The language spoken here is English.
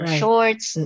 shorts